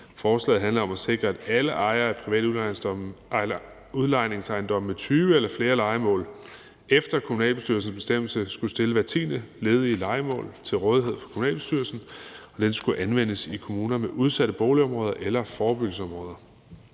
Forslaget handlede om at sikre, at alle ejere af private udlejningsejendomme med 20 eller flere lejemål efter kommunalbestyrelsens bestemmelse skulle stille hvert tiende ledige lejemål til rådighed for kommunalbestyrelsen, og dette skulle anvendes i kommuner med udsatte boligområder eller forebyggelsesområder.